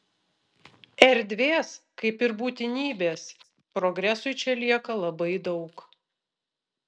erdvės kaip ir būtinybės progresui čia lieka labai daug